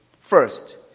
First